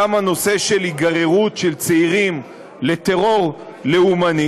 גם הנושא של היגררות של צעירים לטרור לאומני,